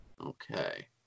okay